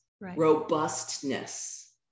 robustness